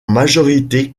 majorité